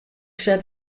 set